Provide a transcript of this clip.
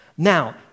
Now